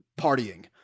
partying